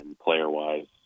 player-wise